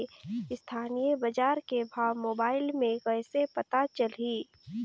स्थानीय बजार के भाव मोबाइल मे कइसे पता चलही?